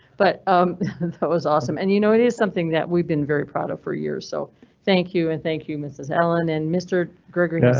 but that was awesome. and you know, it is something that we've been very proud of for years. so thank you and thank you, mrs ellen and mr gregory.